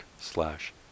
slash